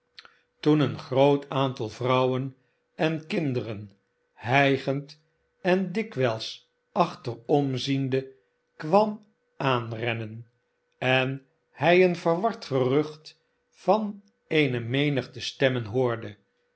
toen een groot aantal vrouwen en kinderen hijgend en dikwijls achteromziende kwam aanrennen en hij een verward gerucht van eene menigte stemmen hoorde